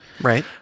right